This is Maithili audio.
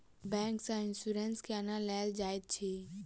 बैंक सँ इन्सुरेंस केना लेल जाइत अछि